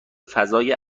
فضای